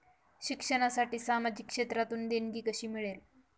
शिक्षणासाठी सामाजिक क्षेत्रातून देणगी कशी मिळेल?